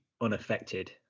unaffected